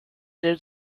den